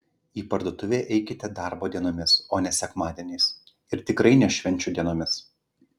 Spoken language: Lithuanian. į parduotuvę eikite darbo dienomis o ne sekmadieniais ir tikrai ne švenčių dienomis